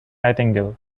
nightingale